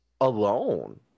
alone